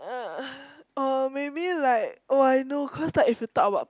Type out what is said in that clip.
ugh oh maybe like oh I know cause it's like if you talk about